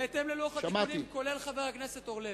בהתאם ללוח התיקונים, כולל חבר הכנסת אורלב.